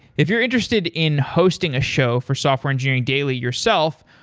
if you're interested in hosting a show for software engineering daily yourself,